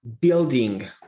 building